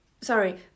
sorry